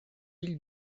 îles